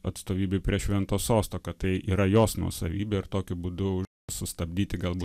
atstovybei prie švento sosto kad tai yra jos nuosavybė ir tokiu būdu sustabdyti galbūt